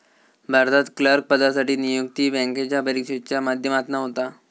भारतात क्लर्क पदासाठी नियुक्ती बॅन्केच्या परिक्षेच्या माध्यमातना होता